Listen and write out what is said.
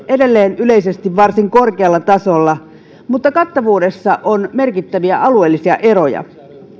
edelleen yleisesti varsin korkealla tasolla mutta kattavuudessa on merkittäviä alueellisia eroja